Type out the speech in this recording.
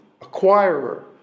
acquirer